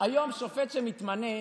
היום שופט שמתמנה,